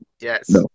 Yes